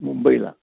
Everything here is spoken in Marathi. मुंबईला